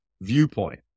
viewpoint